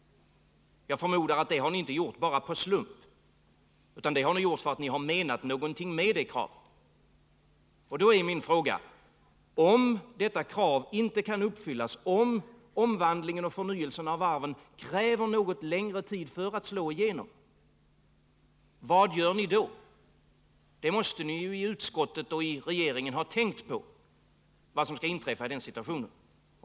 Jag förmodar att ni inte har gjort det av en slump utan därför att ni har menat någonting med det. Då är min fråga: Om detta krav inte kan uppfyllas, om omvandlingen och förnyelsen av varven kräver något längre tid för att slå igenom, vad gör ni då? I utskottet och i regeringen måste ni ha tänkt på vad som skall inträffa i den situationen.